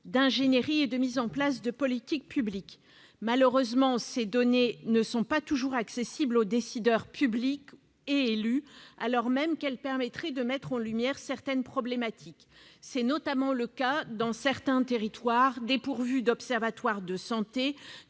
d'ingénierie et de mise en place de politiques publiques. Malheureusement, ces données ne sont pas toujours accessibles aux décideurs publics et élus, alors même qu'elles permettraient de mettre en lumière certaines problématiques. C'est notamment le cas dans certains territoires dépourvus d'observatoires de santé,